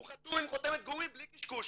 הוא חתום עם חותמת גומי בלי קשקוש.